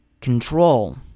control